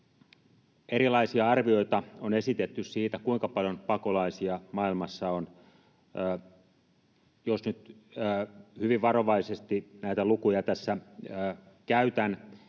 Erilaisia arvioita on esitetty siitä, kuinka paljon pakolaisia maailmassa on. Jos nyt hyvin varovaisesti näitä lukuja tässä käytän,